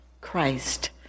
Christ